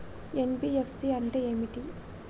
NBFC అంటే ఏమిటి?